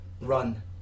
run